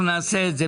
אנחנו נעשה את זה.